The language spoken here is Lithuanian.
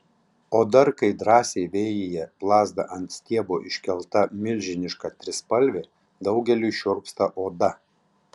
o dar kai drąsiai vėjyje plazda ant stiebo iškelta milžiniška trispalvė daugeliui šiurpsta oda